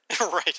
Right